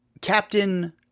Captain